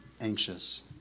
anxious